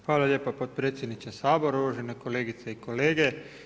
Hvala lijepa potpredsjedniče Sabora, uvažene kolegice i kolege.